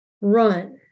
run